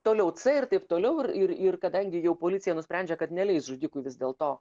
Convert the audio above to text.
toliau c ir taip toliau ir ir ir kadangi jau policija nusprendžia kad neleis žudikui vis dėl to